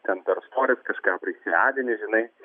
ten per storius kažką prisiadini žinai